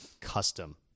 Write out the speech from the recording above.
custom